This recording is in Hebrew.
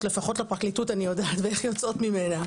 לפחות לפרקליטות אני יודעת ואיך יוצאות ממנה.